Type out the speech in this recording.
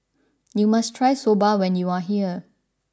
you must try Soba when you are here